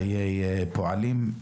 חיי פועלים,